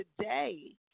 today